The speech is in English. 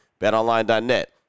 betonline.net